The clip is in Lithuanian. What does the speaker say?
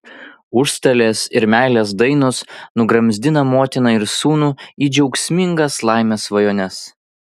užstalės ir meilės dainos nugramzdina motiną ir sūnų į džiaugsmingas laimės svajones